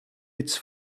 its